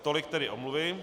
Tolik tedy omluvy.